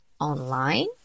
online